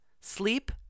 Sleep